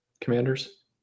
commanders